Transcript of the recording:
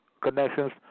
connections